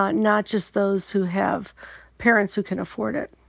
not not just those who have parents who can afford it.